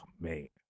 mate